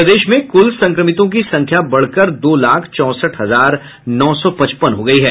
प्रदेश में कुल संक्रमितों की संख्या बढ़कर दो लाख चौंसठ हजार नौ सौ पचपन हो गयी है